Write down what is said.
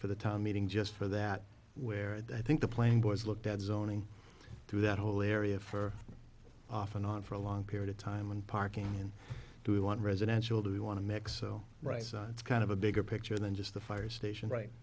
for the time meeting just for that where i think the playing boys looked at zoning through that whole area for off and on for a long period of time and parking and do we want residential do we want to mix so right side it's kind of a bigger picture than just the fire station right